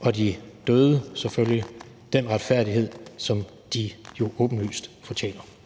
og selvfølgelig de døde den retfærdighed, som de jo åbenlyst fortjener.